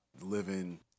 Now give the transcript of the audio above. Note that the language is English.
living